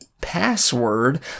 Password